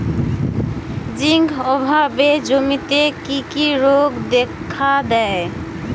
Zinc অভাবে জমিতে কি কি রোগ দেখাদেয়?